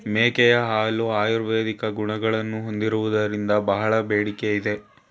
ಮೇಕೆಯ ಹಾಲು ಆಯುರ್ವೇದಿಕ್ ಗುಣಗಳನ್ನು ಹೊಂದಿರುವುದರಿಂದ ಬಹಳ ಬೇಡಿಕೆ ಇದೆ